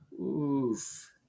Oof